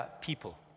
people